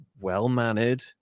well-mannered